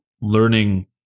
learning